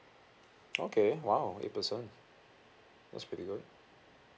okay !wow! eight percent that's pretty good